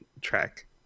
track